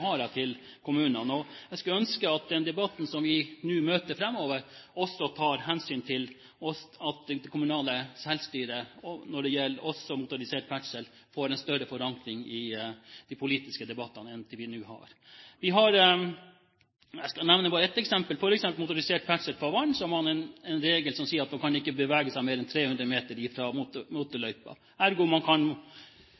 jeg til kommunene. Jeg skulle ønske at den debatten som vi nå møter framover, også tar hensyn til det kommunale selvstyret, også når det gjelder at motorisert ferdsel får en større forankring i de politiske debattene enn det det nå har. Jeg skal bare nevne et eksempel. Når det gjelder motorisert ferdsel på vann, har man en regel som sier at man ikke kan bevege seg mer enn 300 meter fra